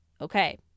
Okay